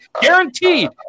Guaranteed